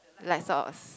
light sauce